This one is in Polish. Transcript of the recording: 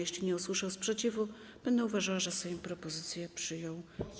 Jeżeli nie usłyszę sprzeciwu, będę uważała, że Sejm propozycję przyjął.